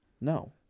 No